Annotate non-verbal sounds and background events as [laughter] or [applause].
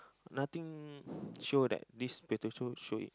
nothing [breath] show that this potato should eat